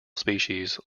species